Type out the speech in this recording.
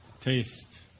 Taste